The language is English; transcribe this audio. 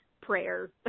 prayer